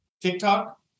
TikTok